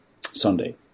Sunday